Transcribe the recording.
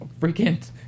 freaking